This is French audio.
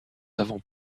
avons